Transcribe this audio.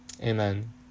Amen